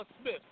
Smith